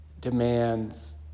demands